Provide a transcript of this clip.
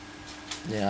ya